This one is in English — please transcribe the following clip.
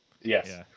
yes